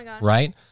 right